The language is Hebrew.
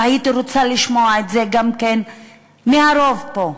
והייתי רוצה לשמוע את זה גם כן מהרוב פה,